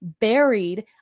buried